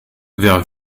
vers